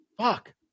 fuck